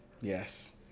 Yes